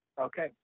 Okay